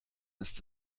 ist